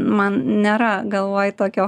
man nėra galvoj tokio